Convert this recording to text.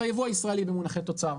והיבוא הישראלי במונחי תוצר.